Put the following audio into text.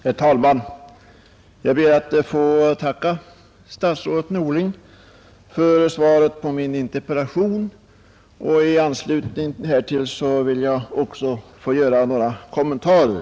Herr talman! Jag ber att få tacka statsrådet Norling för svaret på min interpellation. I anslutning härtill vill jag göra några kommentarer.